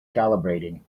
calibrating